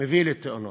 מביא לתאונות.